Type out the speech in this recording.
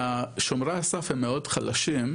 כששומרי הסף הם מאוד חלשים,